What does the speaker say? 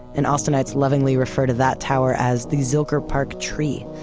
and austinites lovingly refer to that tower as the zilker park tree.